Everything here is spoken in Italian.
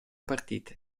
partite